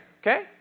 Okay